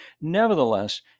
Nevertheless